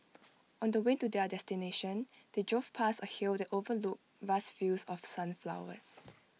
on the way to their destination they drove past A hill that overlooked vast fields of sunflowers